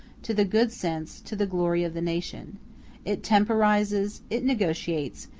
to the good sense, to the glory of the nation it temporizes, it negotiates,